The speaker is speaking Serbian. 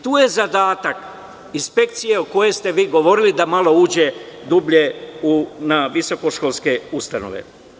Tu je zadatak inspekcije o kojoj ste vi govorili da malo uđe dublje na visokoškolske ustanove.